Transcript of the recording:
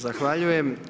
Zahvaljujem.